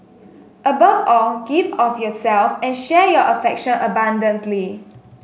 above all give of yourself and share your affection abundantly